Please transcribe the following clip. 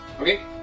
okay